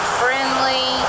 friendly